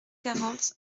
quarante